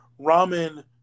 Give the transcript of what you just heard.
Ramen